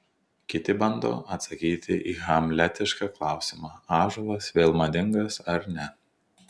kiti bando atsakyti į hamletišką klausimą ąžuolas vėl madingas ar ne